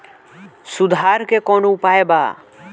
सुधार के कौनोउपाय वा?